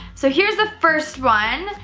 so here's the first one.